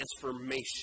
transformation